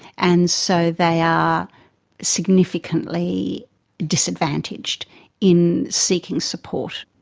and so they are significantly disadvantaged in seeking support.